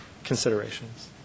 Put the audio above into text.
Considerations